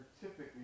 typically